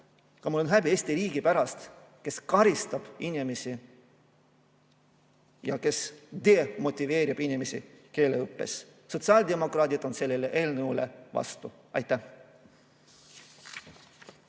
Aga mul on häbi Eesti riigi pärast, kes karistab inimesi ja kes demotiveerib inimesi keele õppimisel. Sotsiaaldemokraadid on selle eelnõu vastu. Aitäh!